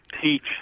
teach